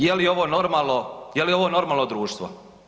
Je li ovo normalno, je li ovo normalno društvo?